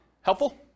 Helpful